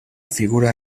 figura